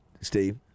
Steve